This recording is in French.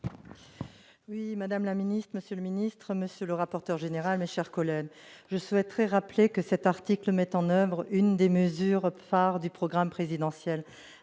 Oui, Madame la Ministre, Monsieur le Ministre, Monsieur le rapporteur général, chers collègues, je souhaiterais rappeler que cet article met en oeuvre une des mesures phare du programme présidentiel